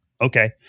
Okay